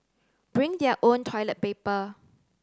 bring their own toilet paper